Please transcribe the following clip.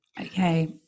Okay